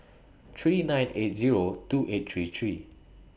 three nine eight Zero two eight three three